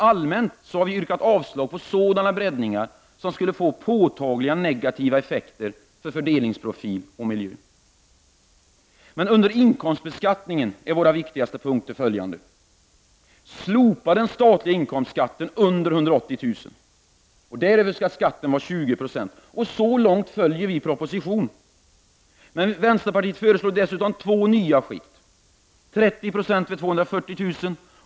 Allmänt sett har vi yrkat avslag på sådana breddningar som skulle få påtagligt negativa effekter på fördelningsprofil och miljö. Beträffande inkomstbeskattningen är våra viktigaste punkter följande: Vi vill slopa den statliga skatten på inkomster under 180 000 kr. På inkomster däröver skall skatten vara 20 70. Så långt följer vi propositionen. Vänsterpartiet föreslår dessutom två nya skikt, 30 26 på inkomster över 240 000 kr.